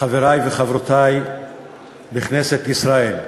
חברי וחברותי בכנסת ישראל,